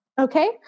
Okay